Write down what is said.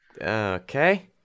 Okay